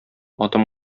атым